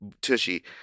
tushy